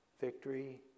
Victory